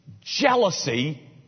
jealousy